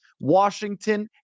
washington